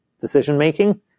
decision-making